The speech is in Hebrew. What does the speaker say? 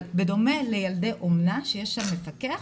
אבל בדומה לילדי אומנה שיש שם מפקח,